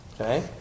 okay